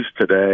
today